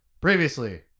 Previously